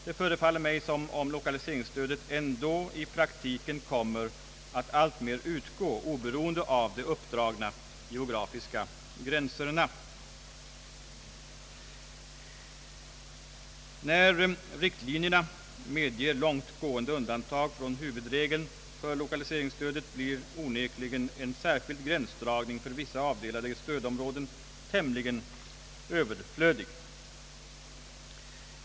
Det förefaller mig som om lokaliseringsstödet ändå i praktiken kommer att alltmer utgå oberoende av de uppdragna geografiska gränserna. När riktlinjerna medger långt gående undantag från huvudregeln för lokaliseringsstödet blir onekligen en särskild gränsdragning för vissa avdelade stödområden tämligen överflödig.